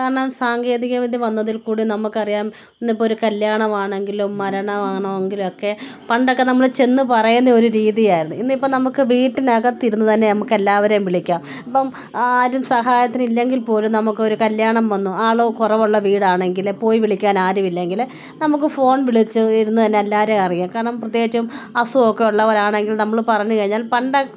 കാരണം സാങ്കേതിക വിദ്യ വന്നതിൽ കൂടുതൽ നമുക്കറിയാം ഇന്നിപ്പോ കല്യാണവാണെങ്കിലും മരണവണെങ്കിലൊക്കെ പണ്ടൊക്കെ നമ്മൾ ചെന്ന് പറയുന്ന ഒരു രീതിയായിരുന്നു ഇന്നിപ്പോൾ നമുക്ക് വീട്ടിനകത്തിരുന്ന് തന്നെ നമുക്കെല്ലാവരെയും വിളിക്കാം ഇപ്പം ആരും സഹായത്തിനില്ലെങ്കിൽ പോലും നമുക്കൊരു കല്ല്യാണം വന്നു ആൾ കുറവുള്ള വീടാണെങ്കിൽ പോയി വിളിക്കാനാരുമില്ലെങ്കിൽ നമുക്ക് ഫോൺ വിളിച്ച് ഇരുന്ന് തന്നെ എല്ലാവരെയും അറിയാം കാരണം പ്രത്യേകിച്ചും അസുഖമൊക്കെ ഉള്ളവരാണെങ്കിൽ നമ്മൾ പറഞ്ഞു കഴിഞ്ഞാൽ പണ്ടത്തെ